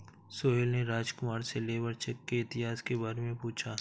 सोहेल ने राजकुमार से labour check के इतिहास के बारे में पूछा